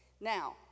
Now